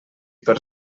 per